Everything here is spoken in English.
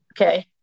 Okay